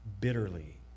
bitterly